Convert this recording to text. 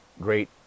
great